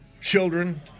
Children